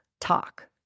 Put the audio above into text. talk